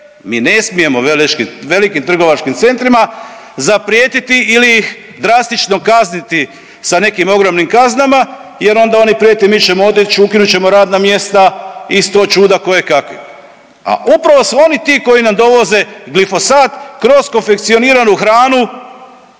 mi ne smijemo velikim trgovačkim centrima zaprijetiti ili ih drastično kazniti sa nekim ogromnim kaznama jer onda oni prijete mi ćemo otić, ukinut ćemo radna mjesta i sto čuda kojekakvih, a upravo su oni ti koji nam dovoze glifosat kroz konfekcioniranu hranu